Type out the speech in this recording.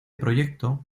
proyecto